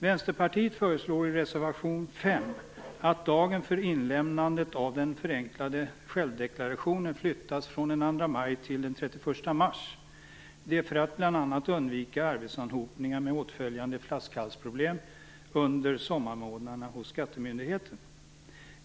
Vänsterpartiet föreslår i reservation 5 att dagen för inlämnande av den förenklade självdeklarationen flyttas från den 2 maj till den 31 mars, detta bl.a. för att undvika arbetsanhopningar med åtföljande flaskhalsproblem hos skattemyndigheterna under sommarmånaderna.